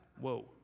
Whoa